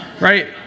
right